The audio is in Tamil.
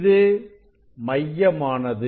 இது மையமானது